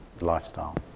lifestyle